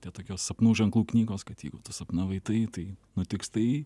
tie tokios sapnų ženklų knygos kad jeigu tu sapnavai tai tai nutiks tai